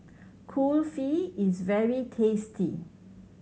kulfi is very tasty